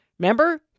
Remember